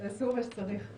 תעשו מה שצריך.